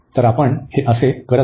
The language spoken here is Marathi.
तर आपण हे असे करीत आहोत